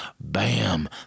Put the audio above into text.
Bam